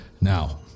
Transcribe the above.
Now